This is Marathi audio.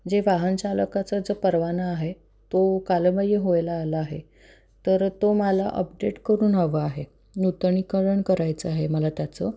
जे वाहन चालकाचा जो परवाना आहे तो कालबाह्य व्हायला आला आहे तर तो मला अपडेट करून हवा आहे नूतनीकरण करायचं आहे मला त्याचं